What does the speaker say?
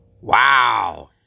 Wow